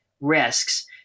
risks